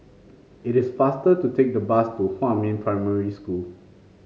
it is faster to take the bus to Huamin Primary School